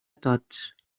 tots